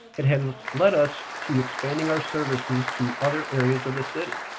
it has led us to expanding our services to other areas of the city.